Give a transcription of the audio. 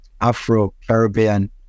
Afro-Caribbean